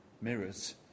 mirrors